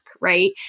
right